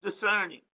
discerning